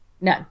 No